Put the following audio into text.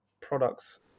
products